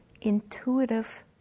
intuitive